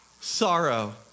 sorrow